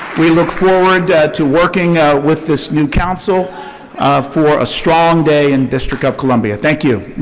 we look forward to working with this new council for a strong day in district of columbia. thank you.